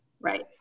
Right